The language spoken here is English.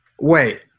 wait